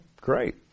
great